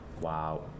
wow